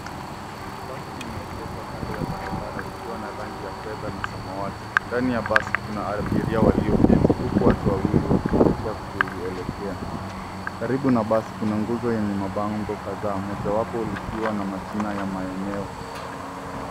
Basi limeegeshwa kando ya barabara likiwa na rangi ya fedha na samawati. Ndani ya basi kuna abiria walioketi, huku watu wawili wakielekea kulielekea. Karibu na basi kuna nguzo yenye mabango kadhaa mojawapo likiwa na majina ya maeneo.